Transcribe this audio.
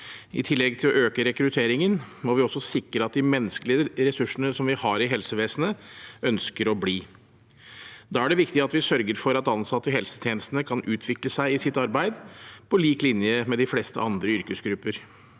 I tillegg til å øke rekrutteringen må vi sikre at de menneskelige ressursene som vi har i helsevesenet, ønsker å bli. Da er det viktig at vi sørger for at ansatte i helsetjenestene kan utvikle seg i sitt arbeid på lik linje med de fleste andre yrkesgrupper.